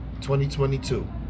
2022